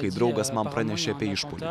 kai draugas man pranešė apie išpuolį